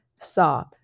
saw